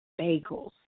bagels